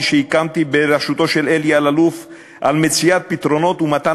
שהקמתי בראשותו של אלי אלאלוף על מציאת פתרונות ומתן